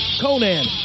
Conan